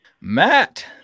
Matt